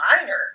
minor